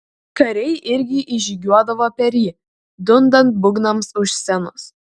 kariai irgi įžygiuodavo per jį dundant būgnams už scenos